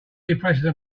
depressing